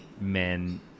men